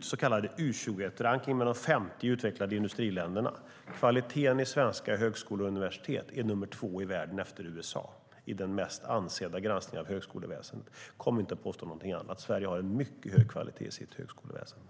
så kallade U21-rankningen med de 50 mest utvecklade industriländerna. Kvaliteten i svenska högskolor och universitet är nummer två i världen efter USA i den mest ansedda granskningen av högskoleväsen. Kom inte och påstå någonting annat! Sverige har en mycket hög kvalitet i sitt högskoleväsen.